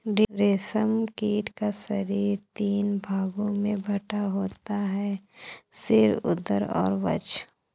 रेशम कीट का शरीर तीन भागों में बटा होता है सिर, उदर और वक्ष